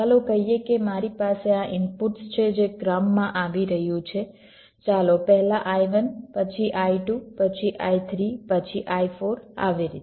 ચાલો કહીએ કે મારી પાસે આ ઇનપુટ્સ છે જે ક્રમમાં આવી રહ્યું છે ચાલો પહેલા I1 પછી I2 પછી I3 પછી I4 આવી રીતે